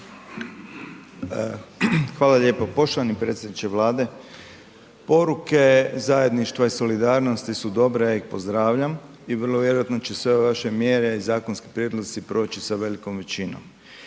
Hvala lijepo. Poštovani predsjedniče Vlade, poruke zajedništva i solidarnosti su dobre, ja ih pozdravljam i vrlo vjerojatno će se ove vaše mjere i zakonski prijedlozi proći sa velikom većinom.